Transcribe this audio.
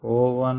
1